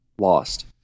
Lost